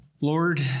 Lord